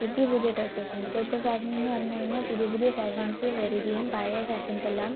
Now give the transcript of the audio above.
പുതിയ പുതിയ ഡ്രസ്സസ്സ് ഇപ്പോഴത്തെ ഫാഷൻ എന്ന് പറഞ്ഞു കഴിഞ്ഞാൽ പുതിയ പുതിയ ഫാഷൻസ് വരികയും പഴയ ഫാഷൻസെല്ലാം